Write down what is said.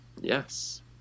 Yes